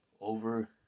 over